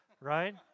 right